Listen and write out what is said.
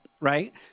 right